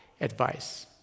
advice